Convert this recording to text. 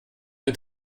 mit